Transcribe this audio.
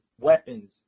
weapons